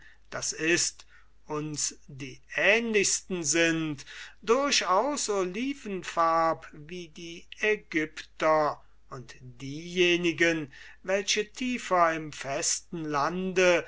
das ist uns die ähnlichsten sind durchaus olivenfarb wie die aegyptier und diejenigen welche tiefer im festen lande